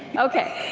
ok.